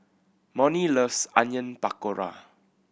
Monnie loves Onion Pakora